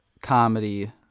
comedy